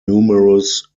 numerous